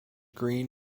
green